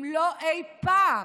אם לא אי פעם.